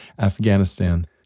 Afghanistan